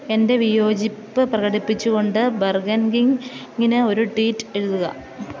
എൻ്റെ വിയോജിപ്പ് പ്രകടിപ്പിച്ചുകൊണ്ട് ബർഗർ കിങ്ങിന് ഒരു ട്വീറ്റ് എഴുതുക